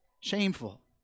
shameful